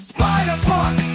Spider-Punk